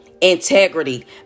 integrity